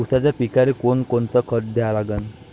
ऊसाच्या पिकाले कोनकोनचं खत द्या लागन?